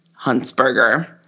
Huntsberger